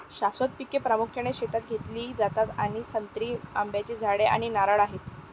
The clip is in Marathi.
शाश्वत पिके प्रामुख्याने शेतात घेतली जातात आणि संत्री, आंब्याची झाडे आणि नारळ आहेत